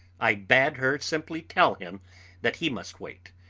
i bade her simply tell him that he must wait,